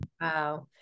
Wow